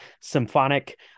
symphonic